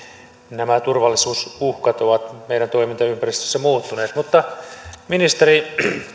nämä turvallisuusuhkat ovat meidän toimintaympäristössämme muuttuneet mutta ministeri